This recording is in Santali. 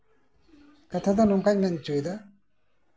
ᱠᱟᱛᱷᱟ ᱫᱚ ᱱᱚᱝᱠᱟᱧ ᱢᱮᱱ ᱦᱚᱪᱚᱭᱮᱫᱟ